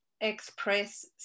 express